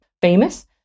famous